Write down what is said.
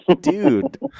dude